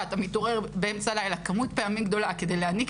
אני חזרתי שוב אחרי 15 שבועות לעשות